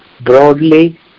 broadly